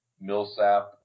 Millsap